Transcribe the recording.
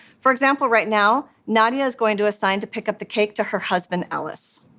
for example, right now, nadia is going to assign to pick up the cake to her husband, ellis.